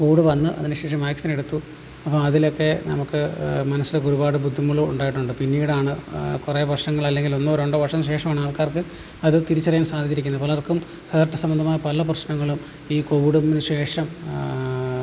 Covid വന്നു അതിനു ശേഷം വാക്സിൻ എടുത്തു അപ്പോൾ അതിലൊക്കെ നമുക്ക് മനസ്സൊക്കെ ഒരുപാട് ബുദ്ധിമുട്ടുകൾ ഉണ്ടായിട്ടുണ്ട് പിന്നീട് ആണ് കുറേ വർഷങ്ങൾ അല്ലെങ്കിൽ ഒന്നോ രണ്ടോ വർഷങ്ങൾക്ക് ശേഷം ആണ് ആൾക്കാർക്ക് അത് തിരിച്ചറിയാൻ സാധിച്ചിരിക്കുന്നത് പലർക്കും ഹേർട്ട് സംബന്ധമായ പല പ്രശ്നങ്ങളും ഈ കോവിഡിന് ശേഷം